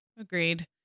Agreed